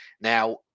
Now